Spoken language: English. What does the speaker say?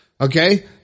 Okay